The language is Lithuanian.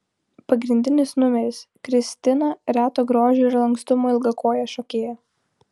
pagrindinis numeris kristina reto grožio ir lankstumo ilgakojė šokėja